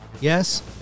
Yes